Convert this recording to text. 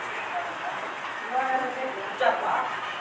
రాజ్మ తినడం వల్ల ఎముకలకు బలం వస్తాది, చక్కర వ్యాధిని అదుపులో ఉంచుతాది